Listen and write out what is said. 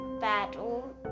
battle